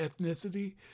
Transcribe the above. ethnicity